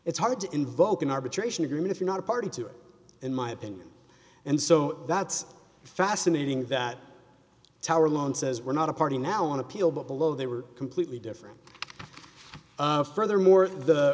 it's hard to invoke an arbitration agreement if you're not a party to it in my opinion and so that's fascinating that tower alone says we're not a party now on appeal but below they were completely different furthermore the